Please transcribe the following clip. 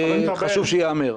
חשוב שייאמר.